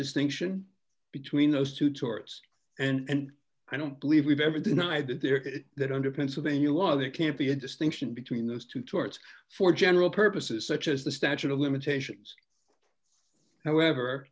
distinction between those two torts and i don't believe we've ever denied that there that under pennsylvania law there can't be a distinction between those two torts for general purposes such as the statute of limitations however